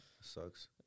sucks